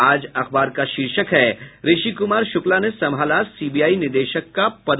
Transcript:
आज अखबार का शीर्षक है ऋषि कुमार शुक्ला ने संभाला सीबीआई निदेशक का पद